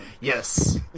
Yes